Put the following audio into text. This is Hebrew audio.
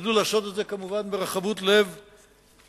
ישתדלו לעשות את זה, כמובן, ברחבות לב גמורה.